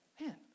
man